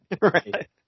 Right